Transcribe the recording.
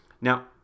Now